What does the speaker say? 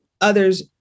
others